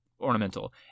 Ornamental